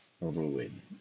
ruin